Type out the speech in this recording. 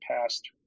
past